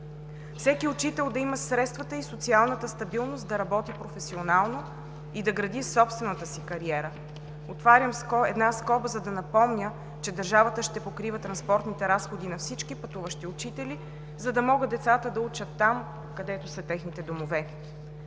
всеки учител да има средствата и социалната стабилност да работи професионално и да гради собствената си кариера. Отварям една скоба, за да напомня, че държавата ще покрива транспортните разходи на всички пътуващи учители, за да могат децата да учат там, където са техните домове;